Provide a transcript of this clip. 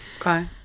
Okay